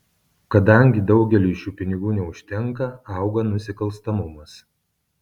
kadangi daugeliui šių pinigų neužtenka auga nusikalstamumas